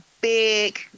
big